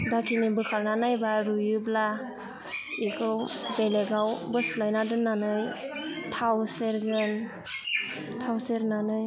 दाखिनि बोखारना नायबा रुयोब्ला बेखौ बेलेगाव बोस्लायना दोननानै थाव सेरगोन थाव सेरनानै